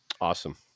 Awesome